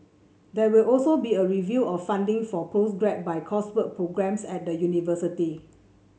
there will also be a review of funding for postgraduate by coursework programmes at the university